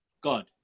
God